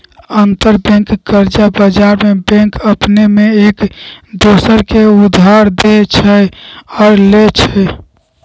अंतरबैंक कर्जा बजार में बैंक अपने में एक दोसर के उधार देँइ छइ आऽ लेइ छइ